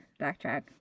backtrack